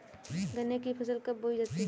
गन्ने की फसल कब बोई जाती है?